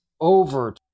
over